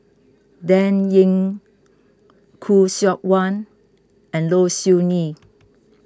Dan Ying Khoo Seok Wan and Low Siew Nghee